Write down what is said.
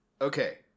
Okay